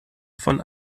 von